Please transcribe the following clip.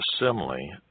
assembly